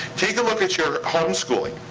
take a look at your homeschooling.